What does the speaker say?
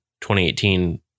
2018